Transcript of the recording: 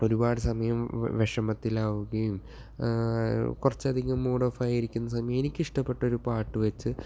ഒരുപാട് സമയം വിഷമത്തിലാകുകയും കുറച്ചധികം മൂഡ് ഓഫായിരിക്കുന്ന സമയം എനിക്കിഷ്ടപ്പെട്ടൊരു പാട്ടു വെച്ച്